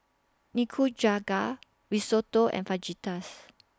Nikujaga Risotto and Fajitas